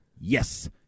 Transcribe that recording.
Yes